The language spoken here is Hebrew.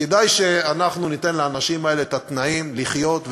כדאי שאנחנו ניתן לאנשים האלה את התנאים לחיות,